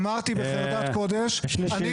אמרתי בחרדת קודש, אני מבקש.